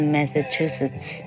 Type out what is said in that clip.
Massachusetts 。